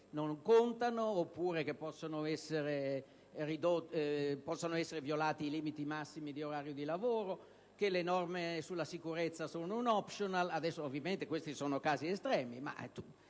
non contino, oppure che possano essere violati i limiti massimi di orario di lavoro o che le norme sulla sicurezza siano un *optional*. Evidentemente questi sono casi estremi, ma